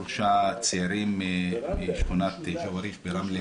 שלושה צעירים משכונת ג'ואריש ברמלה,